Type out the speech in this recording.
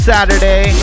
Saturday